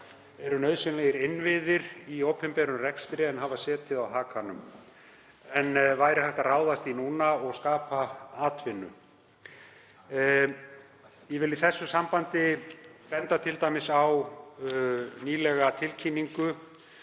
eru nauðsynlegir innviðir í opinberum rekstri hafa setið á hakanum en væri hægt að ráðast í núna og skapa atvinnu. Ég vil í því sambandi benda á nýlega tilkynningu